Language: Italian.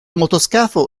motoscafo